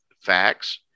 facts